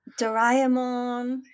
Doraemon